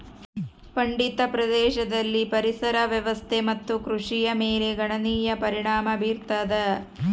ಪೀಡಿತ ಪ್ರದೇಶದಲ್ಲಿ ಪರಿಸರ ವ್ಯವಸ್ಥೆ ಮತ್ತು ಕೃಷಿಯ ಮೇಲೆ ಗಣನೀಯ ಪರಿಣಾಮ ಬೀರತದ